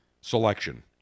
selection